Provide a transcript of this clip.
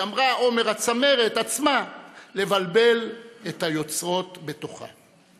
גמרה אומר הצמרת עצמה לבלבל את היוצרות בתוכה".